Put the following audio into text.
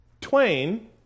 twain